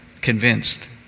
convinced